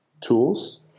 Tools